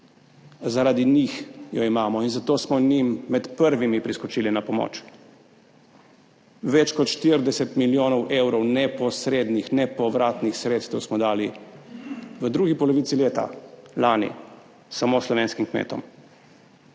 zaradi njih jo imamo in zato smo njim med prvimi priskočili na pomoč. Več kot 40 milijonov evrov neposrednih nepovratnih sredstev smo dali v drugi polovici leta lani samo slovenskim kmetom,